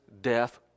death